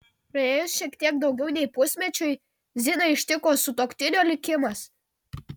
praėjus šiek tiek daugiau nei pusmečiui ziną ištiko sutuoktinio likimas